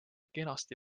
kenasti